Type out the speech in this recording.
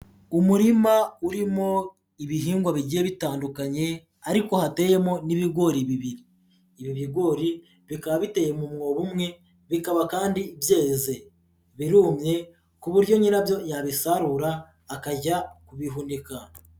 Umurima urimo ibihingwa bigiye bitandukanye ariko hateyemo n'ibigori bibiri, ibi bigori bikaba biteye mu mwobo umwe bikaba kandi byeze, birumye ku buryo nyirabyo yabisarura akajya kubihunika.